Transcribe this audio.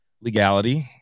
Legality